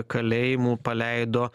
kalėjimų paleido